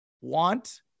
want